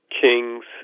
kings